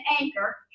Anchor